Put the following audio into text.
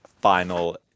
final